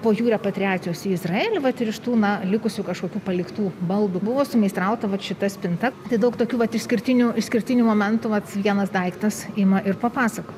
po jų repatriacijos į izraelį vat ir iš tų na likusių kažkokių paliktų baldų buvo sumeistrauta vat šita spinta tai daug tokių vat išskirtinių išskirtinių momentų vat vienas daiktas ima ir papasako